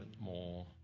more